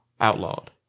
outlawed